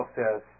says